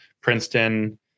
princeton